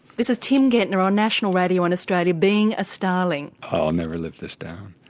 this is tim gentner on national radio in australia being a starling! oh, i'll never live this down.